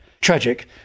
Tragic